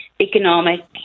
economic